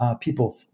people